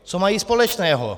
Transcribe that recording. Co mají společného?